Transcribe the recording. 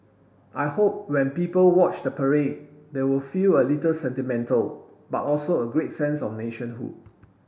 I hope when people watch the parade they will feel a little sentimental but also a great sense of nationhood